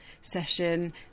session